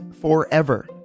forever